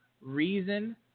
reason